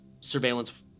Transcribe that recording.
surveillance